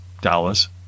Dallas